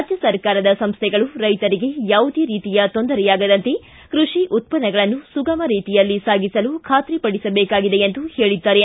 ರಾಜ್ಯ ಸರ್ಕಾರದ ಸಂಸ್ವೆಗಳು ರೈತರಿಗೆ ಯಾವುದೇ ರೀತಿಯ ತೊಂದರೆಯಾಗದಂತೆ ಕೃಷಿ ಉತ್ಪನ್ನಗಳನ್ನು ಸುಗಮ ರೀತಿಯಲ್ಲಿ ಸಾಗಿಸಲು ಖಾತ್ರಿಪಡಿಸಬೇಕಾಗಿದೆ ಎಂದು ಹೇಳಿದ್ದಾರೆ